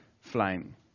flame